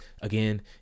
again